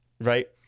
right